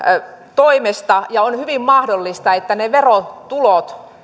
toimesta on hyvin mahdollista että ne verotulot